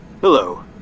Hello